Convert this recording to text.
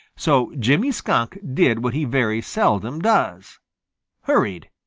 so jimmy skunk did what he very seldom does hurried.